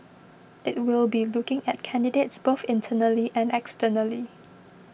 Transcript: it will be looking at candidates both internally and externally